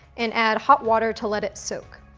and add hot water to let it soak.